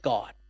God